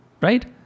Right